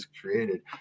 created